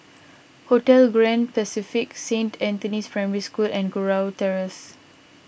Hotel Grand Pacific Saint Anthony's Primary School and Kurau Terrace